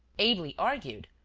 ably argued.